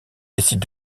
décide